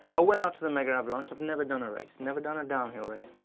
ah went out to the megavalanche, i've never done a race. never done a downhill race.